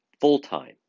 full-time